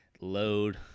load